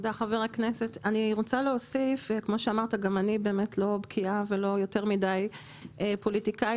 גם אני לא בקיאה ולא יותר מדי פוליטיקאית.